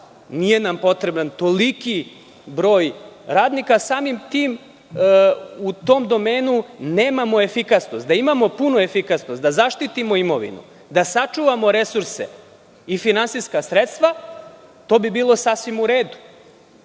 ne treba toliki broj radnika, a samim tim u tom domenu nemamo efikasnost. Da imamo punu efikasnost da zaštitimo imovinu, da sačuvamo resurse i finansijska sredstva, to bi bilo sasvim u redu.